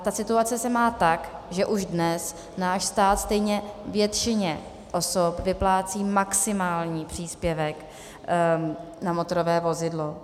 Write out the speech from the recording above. A situace se má tak, že už dnes náš stát stejně většině osob vyplácí maximální příspěvek na motorové vozidlo.